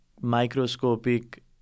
microscopic